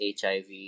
HIV